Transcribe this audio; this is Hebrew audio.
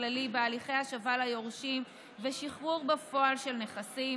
הכללי בהליכי השבה ליורשים ושחרור בפועל של נכסים,